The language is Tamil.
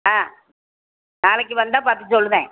ஆ நாளைக்கு வந்தால் பார்த்து சொல்லுதேன்